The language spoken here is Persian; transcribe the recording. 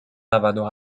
نودو